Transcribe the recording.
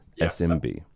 SMB